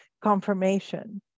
confirmation